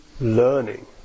learning